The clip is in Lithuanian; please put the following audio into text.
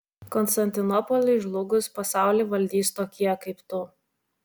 konstantinopoliui žlugus pasaulį valdys tokie kaip tu